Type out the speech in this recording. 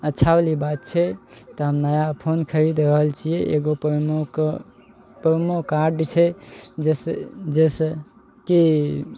अच्छा बाली बात छै तऽ हम नया फोन खरीद रहल छियै एगो प्रोमो कऽ प्रोमो कार्ड छै जैसे जैसे की